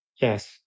Yes